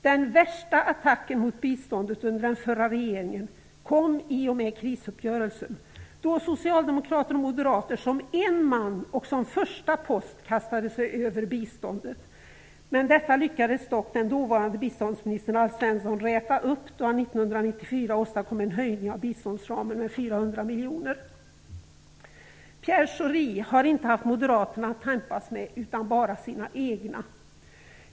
Den värsta attacken mot biståndet under den förra regeringen kom i och med krisuppgörelsen, då socialdemokrater och moderater som en man och som första post kastade sig över biståndet. Detta lyckades dock den dåvarande biståndsministern Alf Svensson räta upp då han 1994 åstadkom en höjning av biståndsramen med 400 miljoner kronor. Pierre Schori har inte haft Moderaterna att tampas med utan bara sina egna.